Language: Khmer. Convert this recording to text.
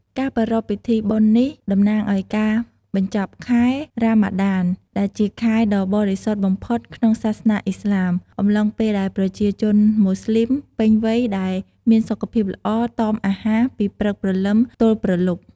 ការប្រារព្ធពិធីបុណ្យនេះ តំណាងឱ្យការបញ្ចប់ខែ រ៉ាម៉ាដាន ដែលជាខែដ៏បរិសុទ្ធបំផុតក្នុងសាសនាឥស្លាម អំឡុងពេលដែលប្រជាជនម៉ូស្លីមពេញវ័យដែលមានសុខភាពល្អតមអាហារពីព្រឹកព្រលឹមទល់ព្រលប់